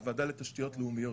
הוועדה לתשתיות לאומיות,